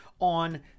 on